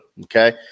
okay